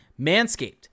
Manscaped